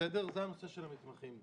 לסדר זה נושא המתמחים.